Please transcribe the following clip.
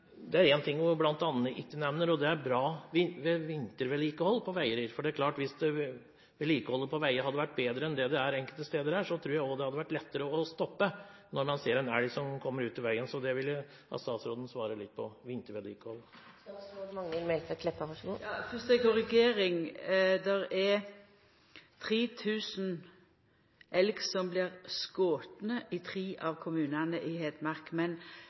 det er én ting hun ikke nevner, og det er godt vintervedlikehold på vei. Hvis vedlikeholdet på veiene hadde vært bedre enn det er på enkelte steder, tror jeg det hadde vært lettere å stoppe når man ser en elg som kommer ut i veien – så jeg vil at statsråden svarer litt på dette om vintervedlikehold. Fyrst ei korrigering: Det er 3 000 elg som blir skotne i tre av kommunane i Hedmark – men talet på dei som blir drepne i